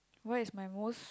what is my most